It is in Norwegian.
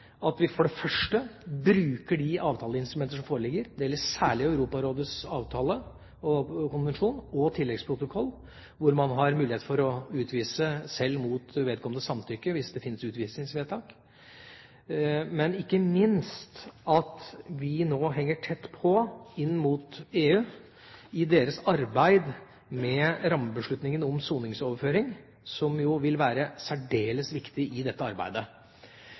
at vi bruker de avtaleinstrumenter som foreligger. Det gjelder særlig Europarådets avtale og konvensjon, og tilleggsprotokoll, hvor man har mulighet for å utvise selv mot vedkommendes samtykke hvis det finnes utvisningsvedtak, men ikke minst at vi nå henger tett på EU i deres arbeid med rammebeslutningen om soningsoverføring, som vil være særdeles viktig i dette arbeidet.